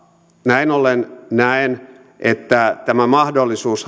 näin ollen näen että tämä mahdollisuus